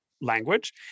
language